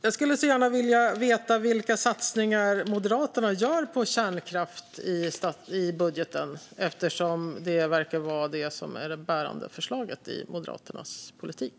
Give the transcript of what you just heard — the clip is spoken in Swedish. Jag skulle gärna vilja veta vilka satsningar Moderaterna gör på kärnkraft i budgeten. Det verkar ju vara det som är det bärande förslaget i Moderaternas politik.